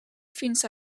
fins